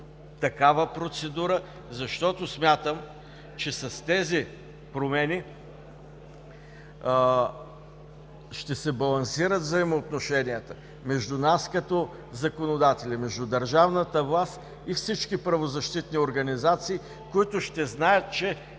такава процедура, защото смятам, че с тези промени ще се балансират взаимоотношенията между нас като законодатели, между държавната власт и всички правозащитни организации, които ще знаят, че